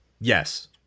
Yes